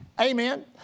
amen